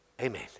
Amen